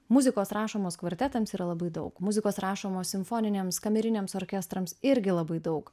muzikos rašomos kvartetams yra labai daug muzikos rašomos simfoniniams kameriniams orkestrams irgi labai daug